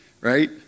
right